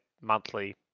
monthly